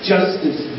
Justice